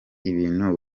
ibintu